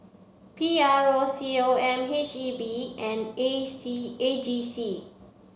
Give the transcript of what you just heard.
P R O C O M H E B and A C A G C